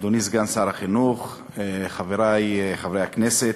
אדוני סגן שר החינוך, חברי חברי הכנסת,